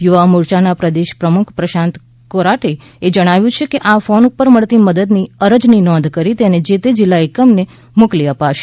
યુવા મોરચાના પ્રદેશ પ્રમુખ પ્રશાંત કોરાટ એ જણાવ્યુ છે કે આ ફોન ઉપર મળતી મદદની અરજની નોંધ કરી તેને જેતે જિલ્લા એકમની મોકલી આપશે